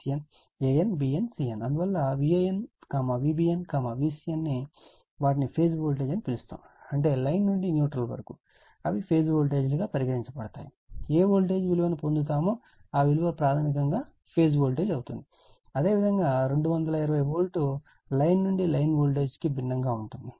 అందువల్ల Van Vbn Vcn వాటిని phase voltage అని పిలుస్తారు అంటే లైన్ నుండి న్యూట్రల్ వరకు అవి ఫేజ్ వోల్టేజీలు గా పరిగణించబడుతుంది ఏ వోల్టేజ్ విలువను పొందుతామో ఆ విలువ ప్రాథమికంగా ఫేజ్ వోల్టేజ్ అవుతుంది అదేవిధంగా 220 వోల్ట్ లైన్ నుండి లైన్ వోల్టేజ్ కు భిన్నంగా ఉంటుంది